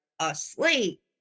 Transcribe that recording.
asleep